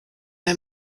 der